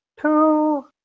two